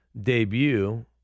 debut